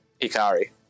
Ikari